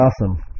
awesome